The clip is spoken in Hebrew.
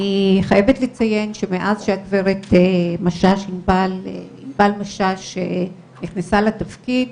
אני חייבת לציין שמאז שהגב' עינבל משש נכנסה לתפקיד,